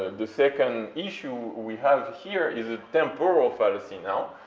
and the second issue we have here is a temporal fallacy now,